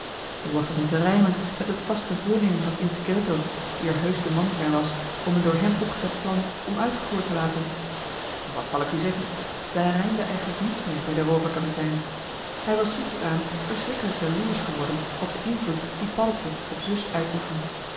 hoe was dat nu te rijmen met het vaste voornemen van il tigretto die er heusch de man niet naar was om een door hem opgezet plan onuitgevoerd te laten wat zal ik u zeggen daar rijmde eigenlijk niets meer bij den rooverkapitein hij was zoetjesaan verschrikkelijk jaloersch geworden op den invloed dien paddeltje op zus uitoefende